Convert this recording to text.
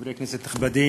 חברי כנסת נכבדים,